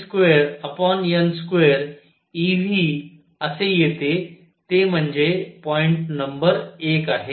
6 Z2n2 eV असे येते ते म्हणजे पॉईंट नंबर एक आहे